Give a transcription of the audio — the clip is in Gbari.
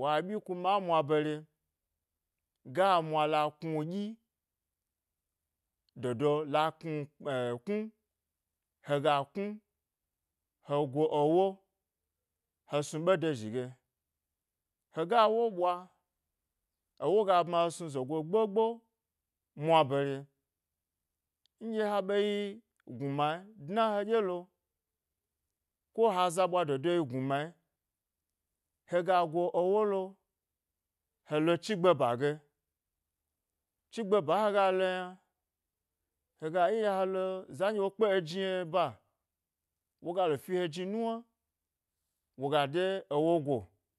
wa byi kuma a mwa bare, ga mwa la knu ɗyi dodo la knu eh-knu hega knu he go ewo he snu ɓe do zhi ge hega ewo ɓwa ewo ga bma he snu zogo gbo gbo mwa bare, nɗye ha ɓe yi gnuma dna heɗye lo ko ha za ɓwa do do yi gnuma hega go ewo lo halo chigbe ba ge, chi gbe ba hega lo yna, he ga iya helo za nɗye wo kpe ejni ye ba woga le fi he jni nuwna woga de ewo go